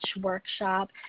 workshop